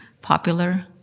popular